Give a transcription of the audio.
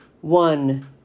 One